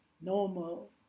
normal